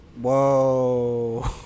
Whoa